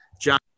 John